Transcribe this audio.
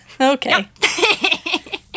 okay